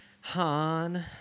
Han